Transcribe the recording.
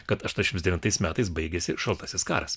kad aštuoniasdešimt devintais metais baigėsi šaltasis karas